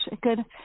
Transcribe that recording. good